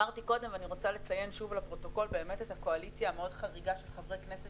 אני רוצה לציין שוב לפרוטוקול את הקואליציה המאוד חריגה של חברי כנסת